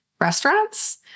restaurants